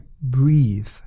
Breathe